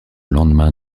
lendemain